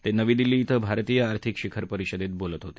ते नवी दिल्ली क्रिं भारतीय आर्थिक शिखर परिषदेत बोलत होते